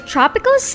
Tropical